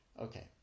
Okay